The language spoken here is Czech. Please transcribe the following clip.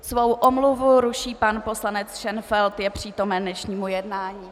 Svou omluvu ruší pan poslanec Šenfeld, je přítomen dnešnímu jednání.